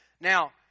Now